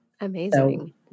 Amazing